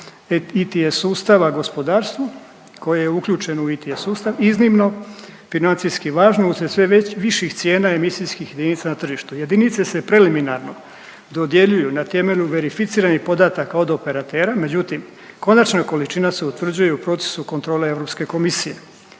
ITE sustava gospodarstvu koje je uključeno u ITE sustav iznimno financijski važno uslijed sve viših cijena emisijskih jedinica na tržištu. Jedinice se preliminarno dodjeljuju na temelju verificiranih podataka od operatera, međutim konačna količina se utvrđuje u procesu kontrole Europske komisije.